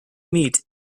meet